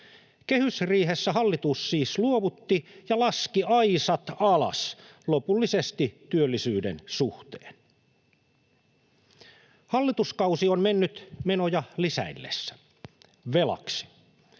Kehysriihessä hallitus siis luovutti ja laski aisat alas lopullisesti työllisyyden suhteen. Hallituskausi on mennyt menoja lisäillessä — velaksi.